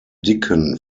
dicken